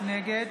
נגד